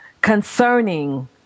concerning